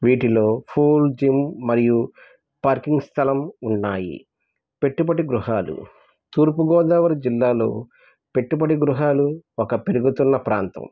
వీటిలో four gym మరియు parking స్థలం ఉన్నాయి పెట్టుబడి గృహాలు తూర్పుగోదావరి జిల్లాలో పెట్టుబడి గృహాలు ఒక పెరుగుతున్న ప్రాంతం